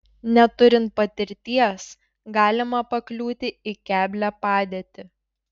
neturint patirties galima pakliūti į keblią padėtį